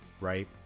right